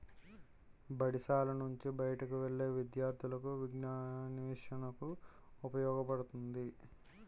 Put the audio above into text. బడిశాల నుంచి బయటకు వెళ్లే విద్యార్థులకు విజ్ఞానాన్వేషణకు ఉపయోగపడుతుంది